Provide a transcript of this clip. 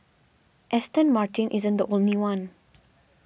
Aston Martin isn't the only one